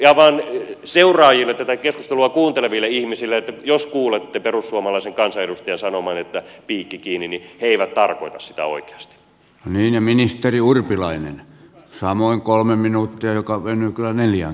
eli avaan tätä keskustelua sitä seuraaville ja kuunteleville ihmisille että jos kuulette perussuomalaisen kansanedustajan sanovan että piikki kiinni niin he eivät tarkoita sitä oikeasti nenä ministeri urpilainen samoin kolme minuuttia joka vei nykyä neljä